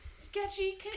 Sketchy